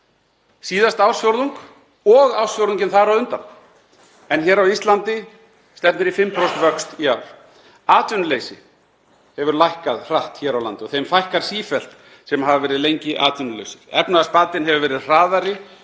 síðasta ársfjórðunginn og ársfjórðunginn þar á undan, en hér á Íslandi stefnir í 5% vöxt í ár. Atvinnuleysi hefur lækkað hratt hér á landi og þeim fækkar sífellt sem hafa verið lengi atvinnulausir. Efnahagsbatinn hefur verið hraðari